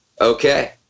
okay